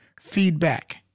feedback